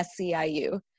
SCIU